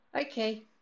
Okay